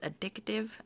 addictive